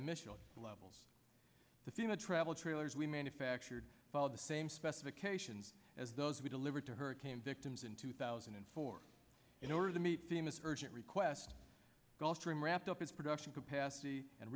initial levels the fema travel trailers we manufactured follow the same specifications as those we delivered to hurricane victims in two thousand and four in order to meet themis urgent request gulfstream wrapped up its production capacity and